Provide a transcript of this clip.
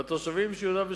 והתושבים של יהודה ושומרון,